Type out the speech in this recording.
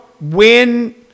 win